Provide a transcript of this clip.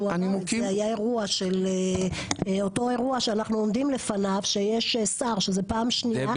זה היה אירוע של אותו אירוע שאנחנו עומדים לפניו שיש שר שזה פעם שניה,